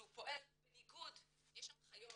כשהוא פועל בניגוד, יש הנחיות